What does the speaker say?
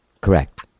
Correct